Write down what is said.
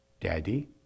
Daddy